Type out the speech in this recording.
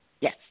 Yes